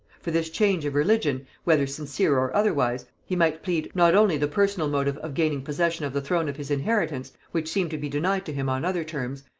for this change of religion, whether sincere or otherwise, he might plead, not only the personal motive of gaining possession of the throne of his inheritance, which seemed to be denied to him on other terms,